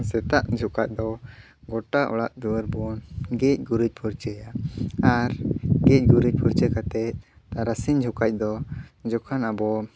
ᱥᱮᱛᱟᱜ ᱡᱚᱠᱷᱟᱡ ᱫᱚ ᱜᱚᱴᱟ ᱚᱲᱟᱜ ᱫᱩᱣᱟᱹᱨ ᱵᱚᱱ ᱜᱮᱡᱼᱜᱩᱨᱤᱡ ᱯᱷᱟᱹᱨᱪᱟᱹᱭᱟ ᱟᱨ ᱜᱮᱡᱼᱜᱩᱨᱤᱡ ᱯᱷᱟᱹᱨᱪᱟᱹ ᱠᱟᱛᱮ ᱛᱟᱨᱤᱥᱤᱝ ᱡᱚᱠᱷᱟᱡ ᱫᱚ ᱡᱚᱠᱷᱟᱱ ᱟᱵᱚ